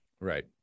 Right